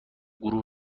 گروه